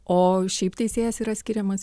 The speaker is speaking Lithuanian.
o šiaip teisėjas yra skiriamas